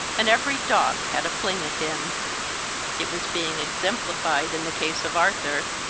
and every dog had a fling at him it was being exemplified in the case of arthur.